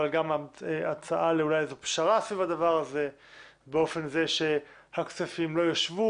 אבל גם הצעה לאולי פשרה סביב הדבר הזה באופן זה שהכספים לא יושבו,